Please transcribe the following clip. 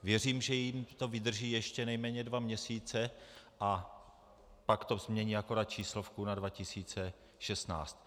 Věřím, že jim to vydrží ještě nejméně dva měsíce a pak změní akorát číslovku na 2016.